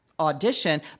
audition